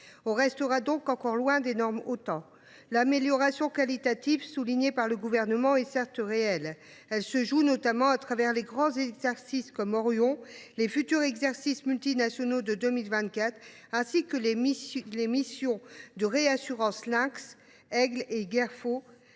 du traité de l’Atlantique Nord (Otan). L’amélioration qualitative soulignée par le Gouvernement est certes réelle. Elle se joue notamment au travers des grands exercices comme l’exercice Orion, les futurs exercices multinationaux de 2024, ainsi que les missions de réassurance Lynx, Aigle et Gerfaut.